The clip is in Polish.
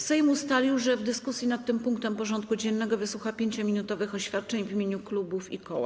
Sejm ustalił, że w dyskusji nad tym punktem porządku dziennego wysłucha 5-minutowych oświadczeń w imieniu klubów i koła.